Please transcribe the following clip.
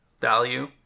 value